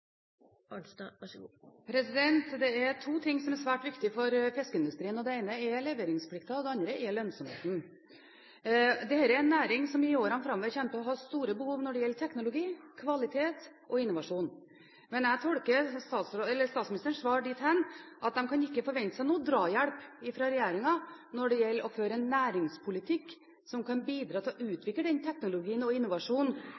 to ting som er svært viktig for fiskeindustrien. Det ene er leveringsplikten, og det andre er lønnsomheten. Dette er en næring som i årene framover kommer til å ha store behov når det gjelder teknologi, kvalitet og innovasjon. Men jeg tolker statsministerens svar dit hen at de ikke kan forvente seg noen drahjelp fra regjeringen når det gjelder å føre en næringspolitikk som kan bidra til å